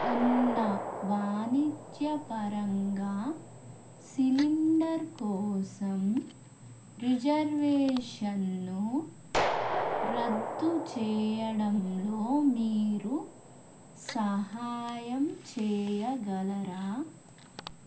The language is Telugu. ఉన్న వాణిజ్యపరంగా సిలిండర్ కోసం రిజర్వేషన్ను రద్దు చేయడంలో మీరు సహాయం చేయగలరా